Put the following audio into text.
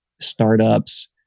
startups